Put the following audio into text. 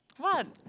what